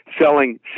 selling